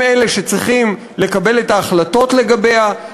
אלה שצריכים לקבל את ההחלטות לגביה,